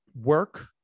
work